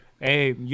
hey